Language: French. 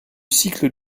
cycle